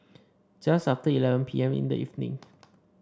just after eleven P M in the evening